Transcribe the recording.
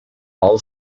all